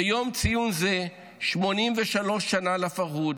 ביום ציון זה, 83 שנה לפרהוד,